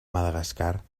madagascar